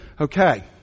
okay